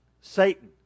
satan